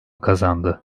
kazandı